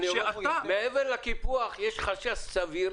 מעבר לקיפוח יש חשש סביר,